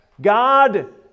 God